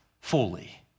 fully